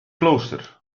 klooster